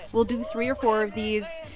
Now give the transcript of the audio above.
we'll do three or four of these.